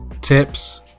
tips